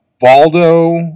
Valdo